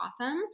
awesome